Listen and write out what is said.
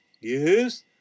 Yes